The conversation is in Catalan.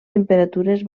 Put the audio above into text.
temperatures